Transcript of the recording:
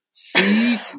See